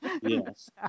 Yes